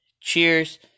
Cheers